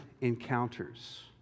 encounters